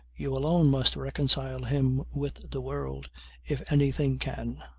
you alone must reconcile him with the world if anything can.